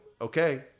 okay